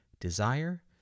desire